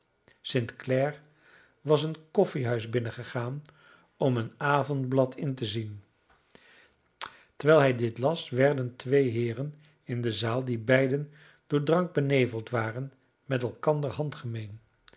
clare was een koffiehuis binnengegaan om een avondblad in te zien terwijl hij dit las werden twee heeren in de zaal die beiden door drank beneveld waren met elkander